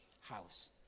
house